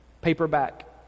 paperback